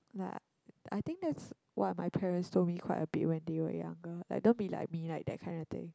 like I think that's what my parents told me quite a bit when when they were younger like don't be like me like that kinda thing